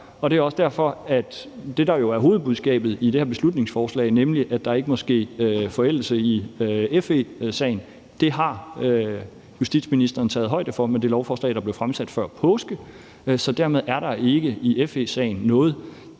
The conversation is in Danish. det er jo også derfor, at det, der er hovedbudskabet i det her beslutningsforslag, nemlig at der ikke må ske en forældelse i FE-sagen, har justitsministeren taget højde for med det lovforslag, der blev fremsat før påske. Så dermed er der i FE-sagen ikke